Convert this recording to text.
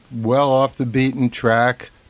well-off-the-beaten-track